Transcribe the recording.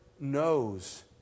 knows